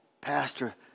Pastor